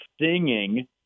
singing